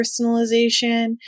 personalization